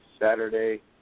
Saturday